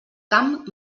camp